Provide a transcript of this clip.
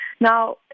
Now